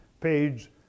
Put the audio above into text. page